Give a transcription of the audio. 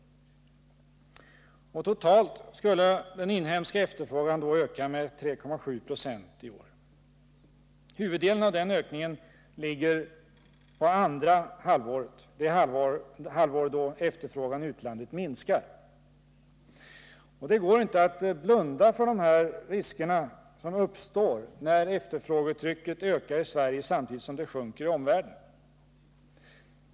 Totalt skulle den inhemska efterfrågan då öka med 3,7 20 i år. Huvuddelen av den ökningen ligger på andra halvåret — det halvår då efterfrågan i utlandet minskar. Det går inte att blunda för de här riskerna, som uppstår när efterfrågetrycket ökar i Sverige samtidigt som det sjunker i omvärlden.